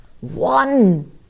one